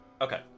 Okay